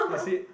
and sit